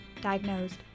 diagnosed